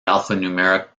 alphanumeric